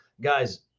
Guys